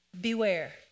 Beware